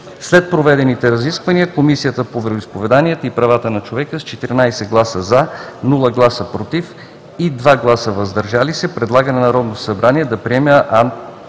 След проведените разисквания, Комисията по вероизповеданията и правата на човека с 14 гласа „за”, без „против“ и 2 гласа „въздържали се“ предлага на Народното събрание да приеме